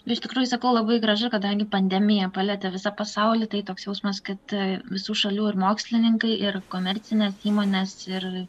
iš tikrųjų sakau labai gražu kadangi pandemija palietė visą pasaulį tai toks jausmas kad visų šalių ir mokslininkai ir komercinės įmonės ir